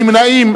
נמנעים,